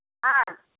ஆ